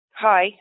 hi